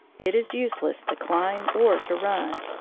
it is useless to climb or to run.